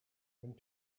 went